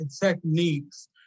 techniques